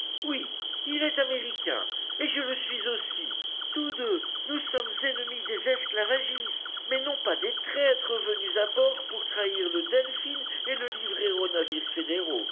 oui il est américain et je le suis aussi tous deux nous sommes ennemis des esclavagistes mais non pas des traîtres venus à bord pour trahir le delphin et le livrer aux navires fédéraux